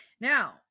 Now